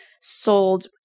sold